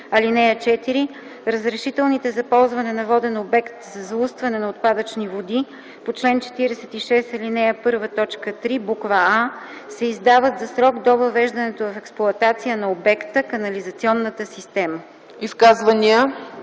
(4) Разрешителните за ползване на воден обект за заустване на отпадъчни води по чл. 46, ал. 1, т. 3, буква „а” се издават за срок до въвеждането в експлоатация на обекта/канализационната система.”